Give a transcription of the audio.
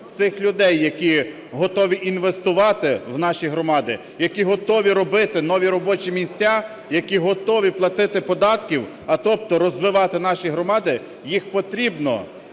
цих людей, які готові інвестувати в наші громади, які готові робити нові робочі місця, які готові платити податки, а тобто розвивати наші громади, їх потрібно,